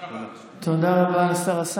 תודה רבה, השר.